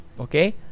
okay